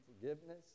forgiveness